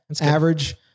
average